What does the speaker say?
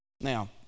Now